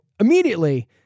immediately